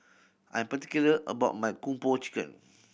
I am particular about my Kung Po Chicken